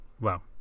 Wow